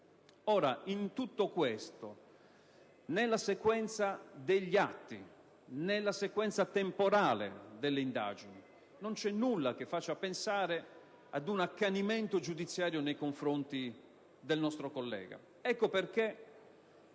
In tutto questo, nella sequenza degli atti e nella sequenza temporale delle indagini, non vi è nulla che faccia pensare ad un accanimento giudiziario nei confronti del nostro collega Nespoli.